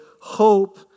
hope